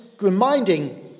reminding